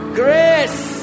grace